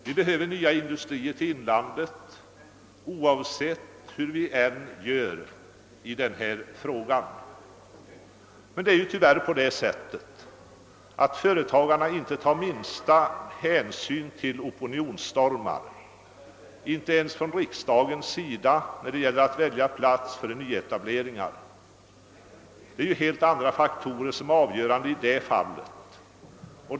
Vi behöver nya industrier till inlandet, oavsett hur vi gör i denna fråga. Men det är tyvärr på det sättet, att företagarna inte tar minsta hänsyn till opinionsstormar, inte ens i riksdagen, när det gäller att välja plats för nyetableringar. Helt andra faktorer är avgörande i det fallet.